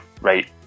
right